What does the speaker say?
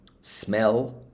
smell